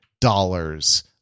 dollars